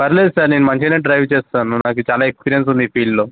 పర్లేదు సార్ నేను మంచిగానే డ్రైవ చేస్తాను నాకు చాలా ఎక్స్పీరియన్స్ ఉంది ఈ ఫీల్డ్లో